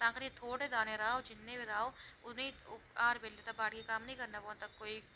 तां करियै थोह्ड़े दाने राहो जिन्ने बी राहो हर बेल्लै बाड़िया कम्म निं करना पौंदा कोई